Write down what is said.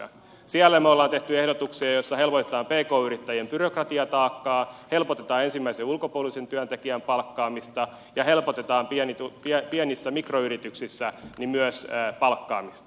siellä me olemme tehneet ehdotuksia joissa helpotetaan pk yrittäjien byrokratiataakkaa helpotetaan ensimmäisen ulkopuolisen työntekijän palkkaamista ja helpotetaan myös pienissä mikroyrityksissä palkkaamista